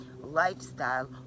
lifestyle